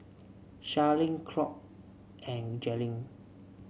Sharleen Claud and Jailyn